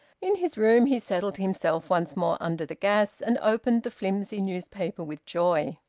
in his room he settled himself once more under the gas, and opened the flimsy newspaper with joy.